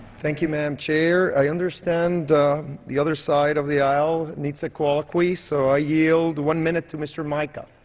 thank you, madam chair. i understand the other side of the aisle needs a colloquy so i yield one minute to mr. mica. i